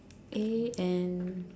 A N